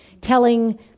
telling